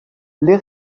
les